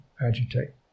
agitate